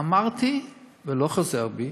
אמרתי, ואני לא חוזר בי,